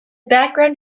background